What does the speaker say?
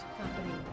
Company